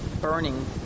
burning